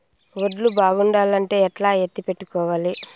వడ్లు బాగుండాలంటే ఎట్లా ఎత్తిపెట్టుకోవాలి?